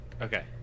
Okay